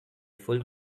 full